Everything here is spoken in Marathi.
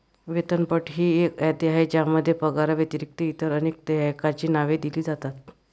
वेतनपट ही एक यादी आहे ज्यामध्ये पगाराव्यतिरिक्त इतर अनेक देयकांची नावे दिली जातात